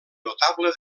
notable